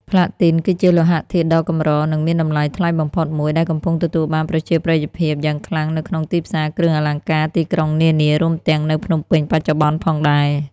ផ្លាទីន គឺជាលោហៈធាតុដ៏កម្រ និងមានតម្លៃថ្លៃបំផុតមួយ ដែលកំពុងទទួលបានប្រជាប្រិយភាពយ៉ាងខ្លាំងនៅក្នុងទីផ្សារគ្រឿងអលង្ការទីក្រុងនានា រួមទាំងនៅភ្នំពេញបច្ចុប្បន្នផងដែរ។